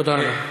תודה רבה.